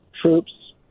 troops